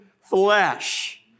flesh